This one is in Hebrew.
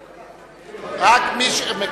רק מי שרשום,